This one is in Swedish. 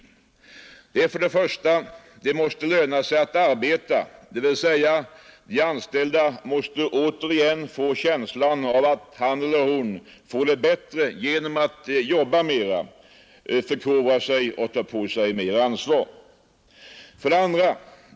1. Det måste löna sig att arbeta. Dvs. den anställde måste återges känslan av att han eller hon får det bättre genom att jobba mera, förkovra sig och ta på sig mera ansvar. 2.